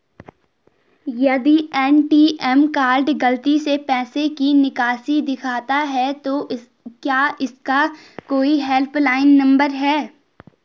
यदि ATM card गलती से पैसे की निकासी दिखाता है तो क्या इसका कोई हेल्प लाइन नम्बर है?